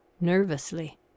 NERVOUSLY